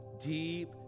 deep